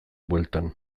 bueltan